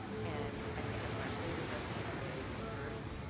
and i think especially with us being a very diverse